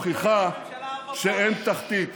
למה הוא לא זוכר שהוא לא הקים ממשלה ארבע פעמים?